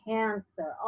cancer